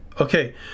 Okay